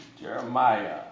Jeremiah